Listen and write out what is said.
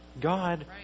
God